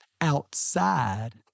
outside